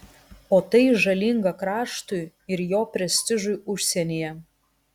o tai žalinga kraštui ir jo prestižui užsienyje